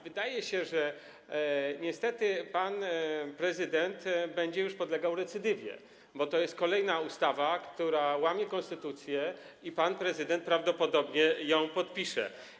Wydaje się, że niestety pan prezydent będzie podlegał recydywie, bo to jest kolejna ustawa, która łamie konstytucję, a pan prezydent prawdopodobnie ją podpisze.